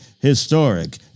historic